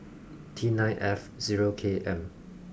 T nine F zero K M